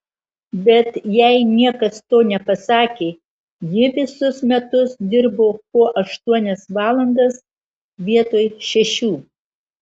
bet jai niekas to nepasakė ji visus metus dirbo po aštuonias valandas vietoj šešių